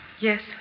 Yes